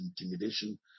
intimidation